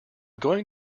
going